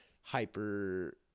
hyper